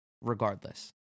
regardless